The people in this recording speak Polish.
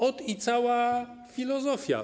Ot i cała filozofia.